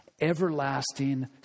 everlasting